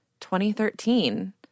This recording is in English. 2013